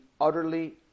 utterly